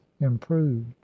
improved